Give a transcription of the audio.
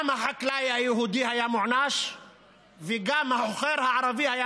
גם החקלאי היהודי היה מוענש וגם החוכר הערבי היה